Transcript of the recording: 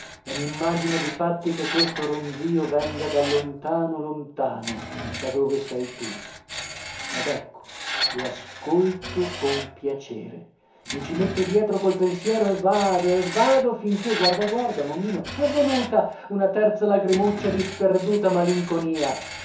e m'immagino difatti che questo ronzio venga da lontano lontano da dove sei tu ed ecco oe e erano i metto dietro col pensiero e vado e vado finché guarda guarda momino è venuta una terza lagrimuccia di sperduta malinconia